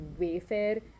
Wayfair